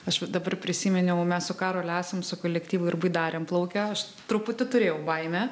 aš va dabar prisiminiau mes su karoliu esam su kolektyvu ir baidarėm plaukę aš truputį turėjau baimę